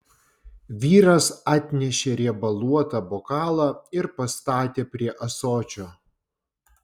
vyras atnešė riebaluotą bokalą ir pastatė prie ąsočio